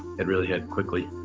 it really hit quickly.